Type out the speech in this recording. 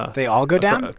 ah they all go down?